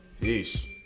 Peace